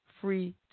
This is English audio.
Free